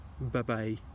Bye-bye